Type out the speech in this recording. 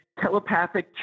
telepathic